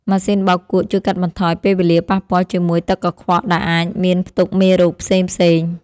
ម៉ាស៊ីនបោកគក់ជួយកាត់បន្ថយពេលវេលាប៉ះពាល់ជាមួយទឹកកខ្វក់ដែលអាចមានផ្ទុកមេរោគផ្សេងៗ។